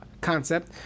concept